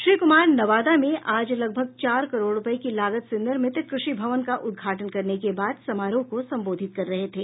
श्री कुमार नवादा में आज लगभग चार करोड़ रुपये की लागत से निर्मित कृषि भवन का उद्घाटन करने के बाद समारोह को संबोधित कर रहे थे